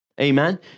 Amen